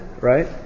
Right